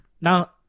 Now